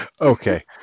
Okay